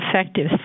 effective